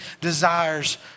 desires